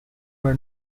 were